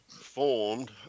formed